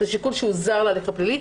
זה שיקול שהוא זר להליך הפלילי.